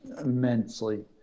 immensely